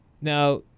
now